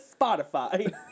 Spotify